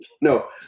No